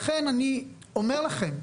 לכן אני אומר לכם,